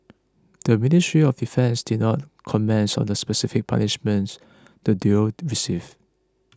the Ministry of Defence did not comment on the specific punishments the duo received